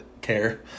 care